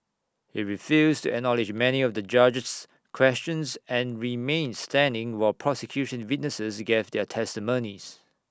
he refused acknowledge many of the judge's questions and remained standing while prosecution witnesses gave their testimonies